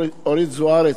אורית זוארץ,